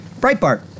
Breitbart